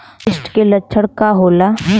फारेस्ट के लक्षण का होला?